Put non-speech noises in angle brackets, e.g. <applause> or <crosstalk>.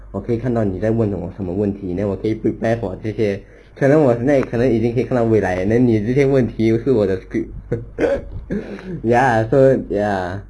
我可以看到你在问什么问题我可以 prepare for 这些可能我那可能已经可以看到未来 then 你的这些问题是我的 script <laughs> ya so ya